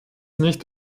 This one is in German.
nicht